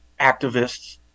activists